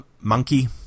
Monkey